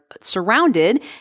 surrounded